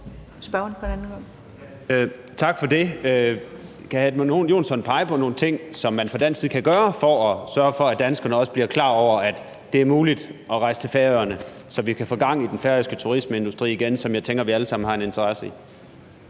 Tak for det. Kan hr. Edmund Joensen pege på nogle ting, som man fra dansk side kan gøre for at sørge for, at danskerne også bliver klar over, at det er muligt at rejse til Færøerne, så vi kan få gang i den færøske turismeindustri igen, hvilket jeg tænker at vi alle sammen har en interesse i?